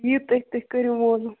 یِیِو تُہۍ تُہۍ کٔرِو